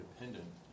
independent